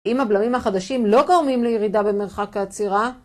אם הבלמים החדשים לא גורמים לירידה במרחק העצירה,